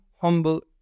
humble